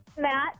Matt